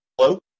Hello